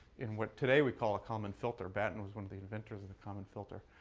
in what today we call a common filter batten was one of the inventors of the common filter